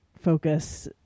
focus